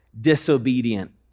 disobedient